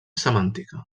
semàntica